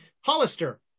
Hollister